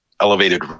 elevated